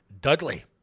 Dudley